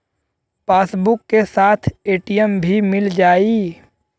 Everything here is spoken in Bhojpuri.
पासबुक के साथ ए.टी.एम भी मील जाई?